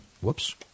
Whoops